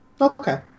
Okay